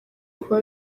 kuba